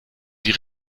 die